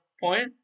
point